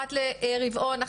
אחת לרבעון,